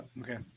Okay